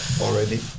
Already